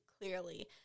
clearly